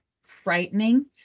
frightening